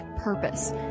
purpose